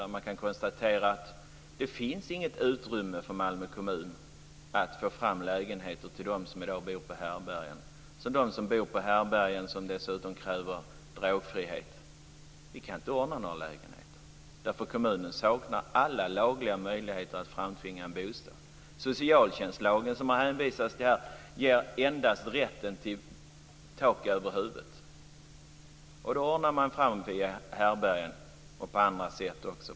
Där kan man konstatera att det inte finns något utrymme för Malmö kommun att få fram lägenheter till dem som i dag bor på härbärgen. Det finns de som bor på härbärgen som dessutom kräver drogfrihet. Vi kan inte ordna några lägenheter. Kommunen saknar alla lagliga möjligheter att framtvinga en bostad. Socialtjänstlagen, som det har hänvisats till här, ger endast rätt till tak över huvudet. Det ordnar man fram via härbärgen och på andra sätt också.